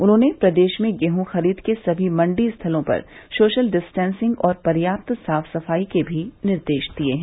उन्होंने प्रदेश में गेहूं खरीद के सभी मंडी स्थलों पर सोशल डिस्टेंसिंग और पर्याप्त साफ सफाई के भी निर्देश दिये हैं